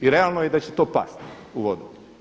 I realno je da će to pasti u vodu.